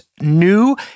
new